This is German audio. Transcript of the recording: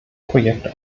projekt